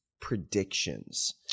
predictions